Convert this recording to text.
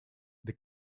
its